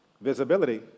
visibility